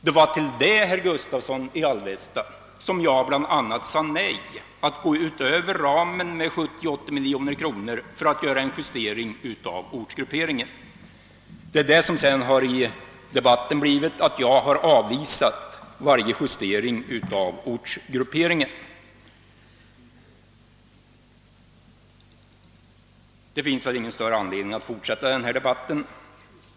Det var bl.a. till det kravet — alltså att man skulle gå utöver ramen med 70—980 miljoner kronor för att göra en justering av ortsgrupperingen — som jag sade nej. Sedan har detta i debatten framställts som om jag avvisat varje justering av ortsgrupperingen. Det finns ingen större anledning för mig att fortsätta denna debatt.